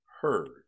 heard